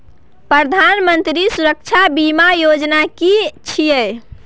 प्रधानमंत्री सुरक्षा बीमा योजना कि छिए?